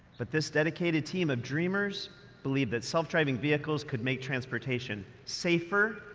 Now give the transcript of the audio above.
but this dedicated team of dreamers believed that self-driving vehicles could make transportation safer,